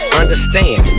understand